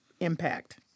impact